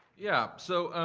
yeah, so,